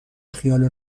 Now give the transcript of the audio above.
خیال